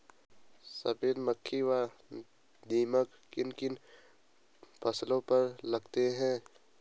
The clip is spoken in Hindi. सफेद मक्खी व दीमक किन किन फसलों पर लगते हैं?